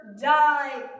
die